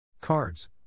Cards